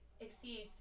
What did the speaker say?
exceeds